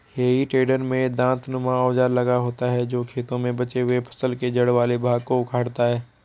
हेइ टेडर में दाँतनुमा औजार लगा होता है जो खेतों में बचे हुए फसल के जड़ वाले भाग को उखाड़ता है